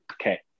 Okay